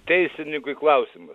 teisinykui klausimas